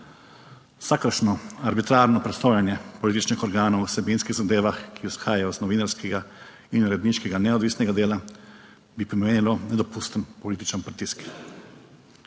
Vsakršno arbitrarno presojanje političnih organov o vsebinskih zadevah, ki izhajajo iz novinarskega in uredniškega neodvisnega dela, bi pomenilo nedopusten političen pritisk.